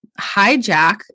hijack